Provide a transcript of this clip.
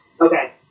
Okay